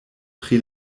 pri